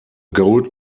gold